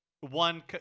one